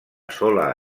sola